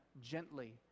gently